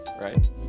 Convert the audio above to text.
right